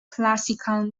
classical